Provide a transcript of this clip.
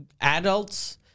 adults